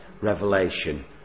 revelation